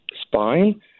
spine